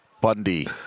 Bundy